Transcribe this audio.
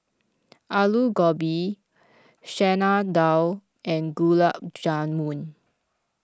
Alu Gobi Chana Dal and Gulab Jamun